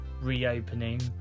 reopening